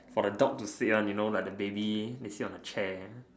for the dog to sit on you know like the baby they sit on the chair